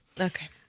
Okay